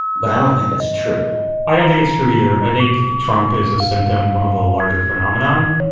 but i don't think that's true i don't think it's true, either. i think trump is a symptom of a larger phenomenon.